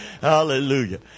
Hallelujah